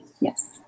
yes